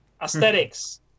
aesthetics